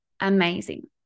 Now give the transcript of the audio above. amazing